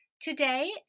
Today